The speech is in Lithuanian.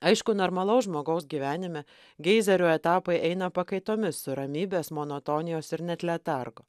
aišku normalaus žmogaus gyvenime geizerių etapai eina pakaitomis su ramybės monotonijos ir net letargo